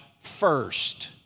first